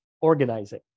organizing